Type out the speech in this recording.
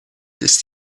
ist